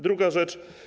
Druga rzecz.